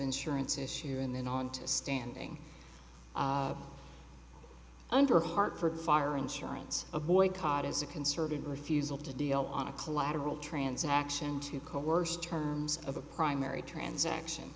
insurance issue and then on to standing under hartford fire insurance a boycott is a concerted refusal to deal on a collateral transaction to coerce terms of a primary transaction